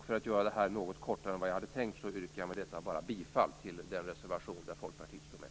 För att göra detta något kortare än vad jag hade tänkt yrkar jag med detta bifall till den reservation där Folkpartiet står med.